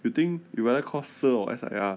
you think you rather call sir or S_I_R